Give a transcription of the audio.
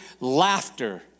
laughter